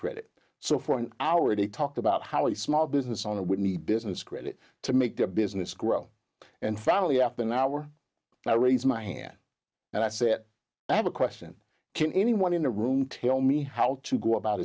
credit so for an hour they talked about how the small business owner with me business credit to make the business grow and finally after an hour i raise my hand and i said i have a question can anyone in the room tell me how to go about